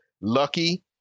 lucky